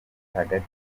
hagati